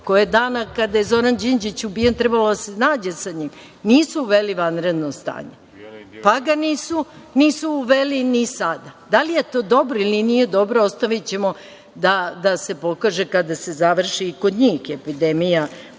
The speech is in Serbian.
je dana kada je Zoran Đinđić ubijen trebalo da se nađe sa njim, nisu uveli vanredno stanje, pa ga nisu uveli ni sada. Da li je to dobro ili nije dobro, ostavićemo da se pokaže kada se završi i kod njih epidemija, odnosno